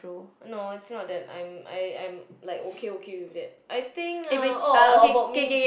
no it's not that I'm I'm I'm like okay okay with that I think uh oh oh oh about me